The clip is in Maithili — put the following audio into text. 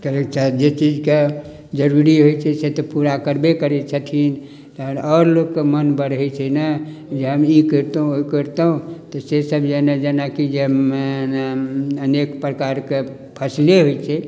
कहै छथि जे चीज के जरूरी होइ छै से तऽ पूरा करबे करे छथिन आओर लोक के मन बढ़ै छै ने जे हम ई करितहुॅं ओ करितहुॅं तऽ से सब जेना जेना की जे मे अनेक प्रकार के फसले होइ छै